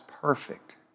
perfect